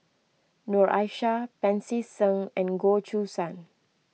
Noor Aishah Pancy Seng and Goh Choo San